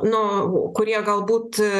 nu kurie galbūt